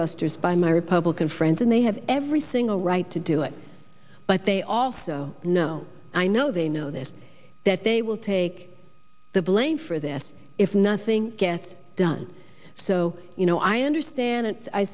busters by my republican friends and they have every single right to do it but they also know i know they know this that they will take the blame for this if nothing gets done so you know i understand and i